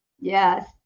Yes